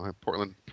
Portland